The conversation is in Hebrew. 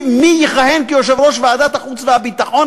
מי יכהן כיושב-ראש ועדת החוץ והביטחון,